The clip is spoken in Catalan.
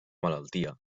malaltia